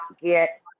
get